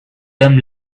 them